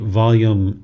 volume